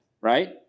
right